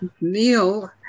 Neil